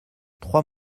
trois